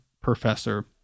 professor